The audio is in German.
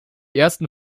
ersten